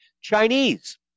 Chinese